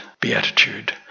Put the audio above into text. beatitude